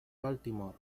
baltimore